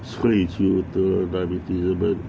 所以就有得 diabetes lor but